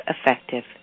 effective